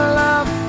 love